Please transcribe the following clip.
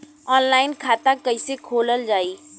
Online खाता कईसे खोलल जाई?